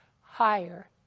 higher